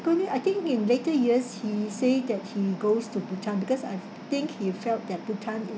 subsequently I think in later years he say that he goes to bhutan because I think he felt that bhutan